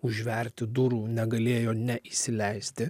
užverti durų negalėjo neįsileisti